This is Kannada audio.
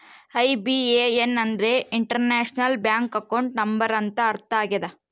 ಐ.ಬಿ.ಎ.ಎನ್ ಅಂದ್ರೆ ಇಂಟರ್ನ್ಯಾಷನಲ್ ಬ್ಯಾಂಕ್ ಅಕೌಂಟ್ ನಂಬರ್ ಅಂತ ಅರ್ಥ ಆಗ್ಯದ